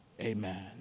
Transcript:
Amen